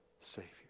Savior